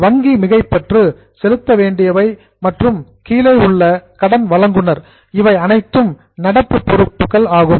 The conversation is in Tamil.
வங்கி மிகைப்பற்று செலுத்த வேண்டியவை மற்றும் கீழே உள்ள கடன் வழங்குனர் இவை அனைத்தும் நடப்பு பொறுப்புகள் ஆகும்